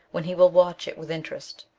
when he will watch it with interest.